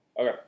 Okay